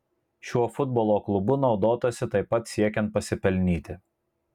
šiuo futbolo klubu naudotasi taip pat siekiant pasipelnyti